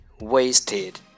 wasted